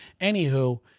anywho